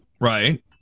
right